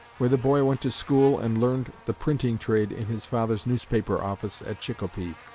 where the boy went to school and learned the printing trade in his father's newspaper office at chicopee.